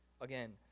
Again